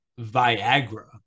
Viagra